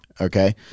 Okay